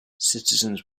citizens